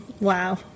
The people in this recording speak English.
wow